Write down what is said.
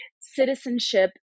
citizenship